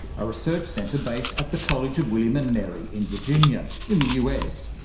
a research centre based at the college of william and mary in virginia, in the us.